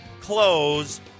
close